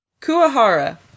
Kuahara